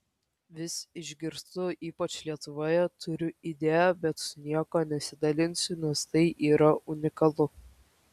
vis išgirstu ypač lietuvoje turiu idėją bet su niekuo nesidalinsiu nes tai yra unikalu